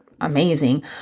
amazing